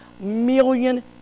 million